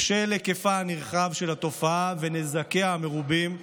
בשל היקפה הנרחב של התופעה ונזקיה המרובים,